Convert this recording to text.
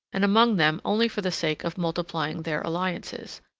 and among them only for the sake of multiplying their alliances.